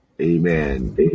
amen